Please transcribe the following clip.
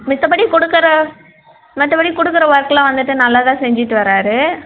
மத்தபடி கொடுக்கற மற்றபடி கொடுக்குற ஒர்க்குலாம் வந்துவிட்டு நல்லாதான் செஞ்சுட்டு வர்றார்